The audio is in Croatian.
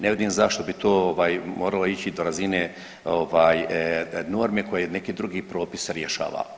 Ne vidim zašto bi to ovaj moralo ići do razine ovaj norme koje neki drugi propis rješava.